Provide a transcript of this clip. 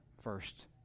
first